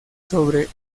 sobre